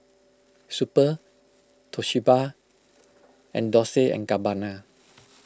Super Toshiba and Dolce and Gabbana